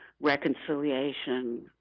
reconciliation